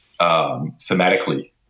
thematically